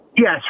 Yes